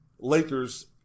Lakers